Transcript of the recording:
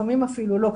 לפעמים אפילו לא,